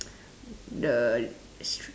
the s~